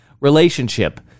relationship